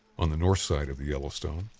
on the north side of the yellowstone,